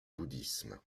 bouddhisme